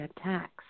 attacks